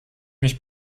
mich